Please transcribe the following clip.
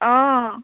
অঁ